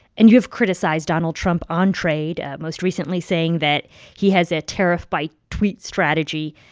and you have criticized donald trump on trade, most recently saying that he has a tariff-by-tweet strategy.